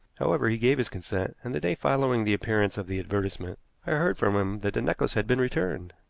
however, he gave his consent, and the day following the appearance of the advertisement i heard from him that the necklace had been returned.